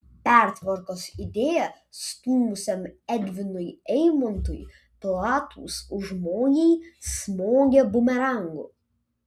pertvarkos idėją stūmusiam edvinui eimontui platūs užmojai smogė bumerangu